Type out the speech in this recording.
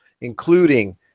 including